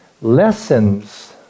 lesson's